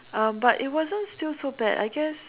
um but it wasn't still so bad I guess